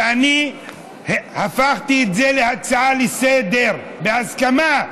ואני הפכתי את זה להצעה לסדר-היום, בהסכמה.